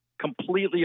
completely